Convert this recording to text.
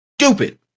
stupid